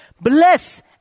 Bless